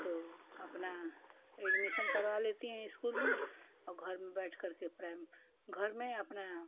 तो अपना ऐडमिशन करवा लेती हैं इस्कूल में और घर में बैठ करके घर में अपना